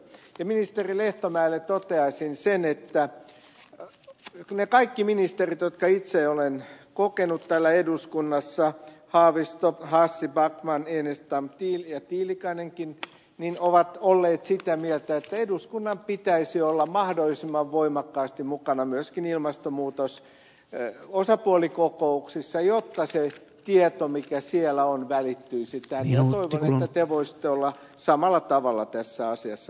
ministeri lehtomäelle toteaisin sen että ne kaikki ministerit jotka itse olen kokenut täällä eduskunnassa haavisto hassi backman enestam ja tiilikainenkin ovat olleet sitä mieltä että eduskunnan pitäisi olla mahdollisimman voimakkaasti mukana myöskin ilmastonmuutososapuolikokouksissa jotta se tieto mikä siellä on välittyisi tänne ja toivon että te voisitte olla samalla tavalla tässä asiassa mukana